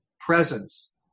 presence